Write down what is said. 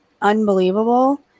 unbelievable